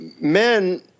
men